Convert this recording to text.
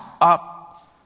up